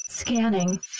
Scanning